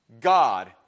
God